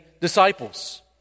disciples